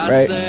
Right